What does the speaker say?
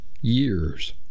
years